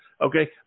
okay